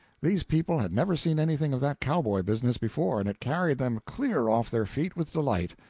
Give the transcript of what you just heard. these people had never seen anything of that cowboy business before, and it carried them clear off their feet with delight.